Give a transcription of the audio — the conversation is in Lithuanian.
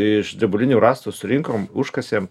iš drebulinių rąstų surinkom užkasėm